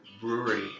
brewery